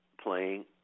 Playing